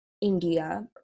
India